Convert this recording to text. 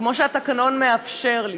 כמו שהתקנון מאפשר לי,